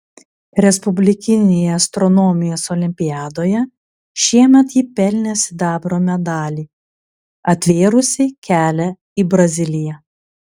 respublikinėje astronomijos olimpiadoje šiemet ji pelnė sidabro medalį atvėrusį kelią į braziliją